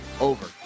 over